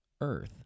Earth